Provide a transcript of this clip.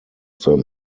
them